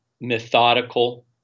methodical